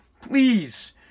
Please